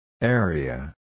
Area